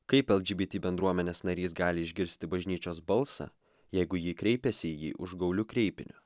kaip lgbt bendruomenės narys gali išgirsti bažnyčios balsą jeigu ji kreipiasi į jį užgauliu kreipinio